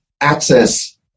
access